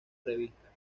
revista